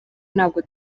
ntabwo